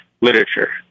literature